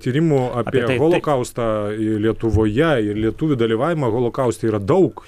tyrimų apie holokaustą lietuvoje ir lietuvių dalyvavimą holokauste yra daug